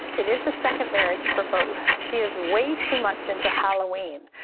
it is the second marriage for both. she is way too much into halloween.